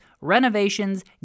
renovations